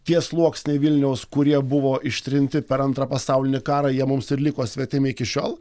tie sluoksniai vilniaus kurie buvo ištrinti per antrą pasaulinį karą jie mums ir liko svetimi iki šiol